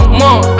more